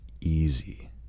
easy